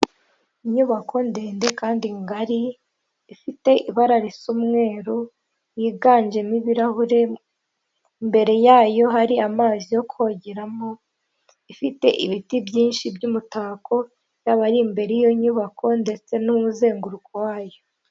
Inyubako ndende kandi ngari ifite ibara risa umweru, yiganjemo ibirahure. Imbere yayo hari amazi yo kogeramo, ifite ibiti byinshi by'umutako yaba ari imbere y'iyo nyubako ndetse n'umuzenguruko wayo.